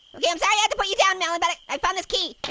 okay, i'm sorry i had to put you down, melon, but i found this key,